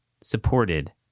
supported